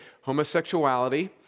homosexuality